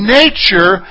nature